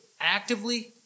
actively